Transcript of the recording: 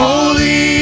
Holy